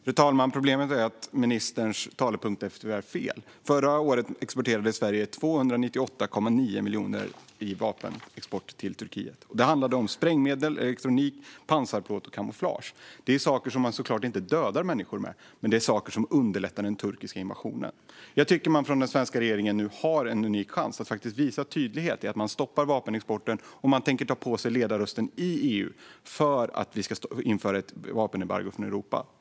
Fru talman! Problemet är att ministerns talepunkt är fel. Förra året exporterade Sverige vapen till Turkiet till ett värde av 298,9 miljoner. Det handlade om sprängmedel, elektronik, pansarplåt och kamouflage. Detta är såklart inte saker som man dödar människor med, men det är saker som underlättar den turkiska invasionen. Jag tycker att den svenska regeringen nu har en unik chans att visa tydlighet genom att stoppa vapenexporten och ta på sig ledartröjan i EU för ett införande av ett vapenembargo från Europa.